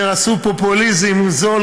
שעשו פופוליזם זול,